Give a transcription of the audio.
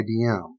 IBM